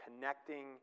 connecting